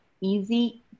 easy